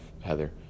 Heather